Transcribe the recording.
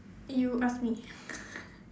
you ask me